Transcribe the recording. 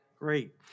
Great